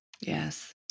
Yes